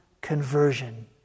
conversion